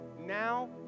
now